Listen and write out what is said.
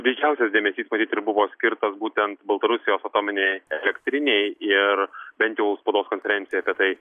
didžiausias dėmesys matyt ir buvo skirtas būtent baltarusijos atominei elektrinei ir bent jau spaudos konferencijoj apie tai